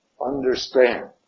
understand